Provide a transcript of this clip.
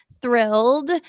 thrilled